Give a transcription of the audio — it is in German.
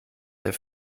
der